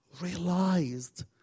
realized